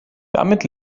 damit